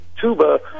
tuba